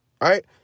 right